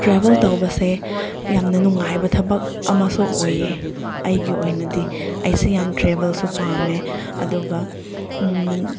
travel ꯇꯧꯕꯁꯦ ꯌꯥꯝꯅ ꯅꯨꯡꯉꯥꯏꯕ ꯊꯕꯛ ꯑꯃꯁꯨ ꯑꯣꯏ ꯑꯩꯒꯤ ꯑꯣꯏꯅꯗꯤ ꯑꯩꯁꯦ ꯌꯥꯝ ꯇ꯭ꯔꯦꯕꯦꯜꯁꯨ ꯄꯥꯝꯃꯦ ꯑꯗꯨꯒ